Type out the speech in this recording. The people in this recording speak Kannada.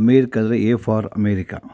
ಅಮೇರಿಕಾ ಅಂದ್ರೆ ಏ ಫಾರ್ ಅಮೇರಿಕಾ